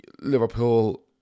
Liverpool